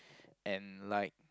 and like